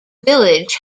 village